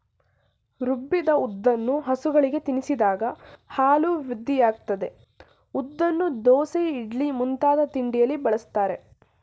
ರುಬ್ಬಿದ ಉದ್ದನ್ನು ಹಸುಗಳಿಗೆ ತಿನ್ನಿಸಿದಾಗ ಹಾಲು ವೃದ್ಧಿಯಾಗ್ತದೆ ಉದ್ದನ್ನು ದೋಸೆ ಇಡ್ಲಿ ಮುಂತಾದ ತಿಂಡಿಯಲ್ಲಿ ಬಳಸ್ತಾರೆ